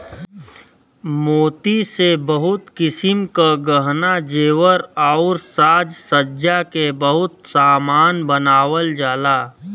मोती से बहुत किसिम क गहना जेवर आउर साज सज्जा के बहुत सामान बनावल जाला